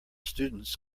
students